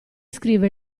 scrive